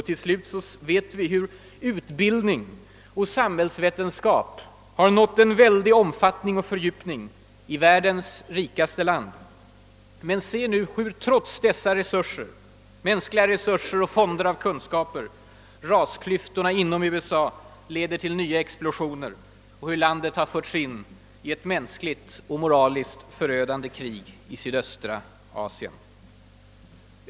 Vi vet hur utbildning och samhällsvetenskap har nått en väldig omfattning och fördjupning i världens rikaste land — men ser nu hur trots dessa mänskliga resurser och fonder av kunskap rasklyftorna inom USA leder till nya explosioner och hur landet har förts in i ett mänskligt och moraliskt förödande krig i sydöstra Asien.